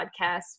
podcast